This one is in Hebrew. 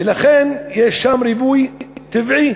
ולכן, יש שם ריבוי טבעי